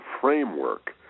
framework